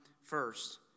first